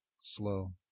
slow